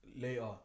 later